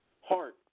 heart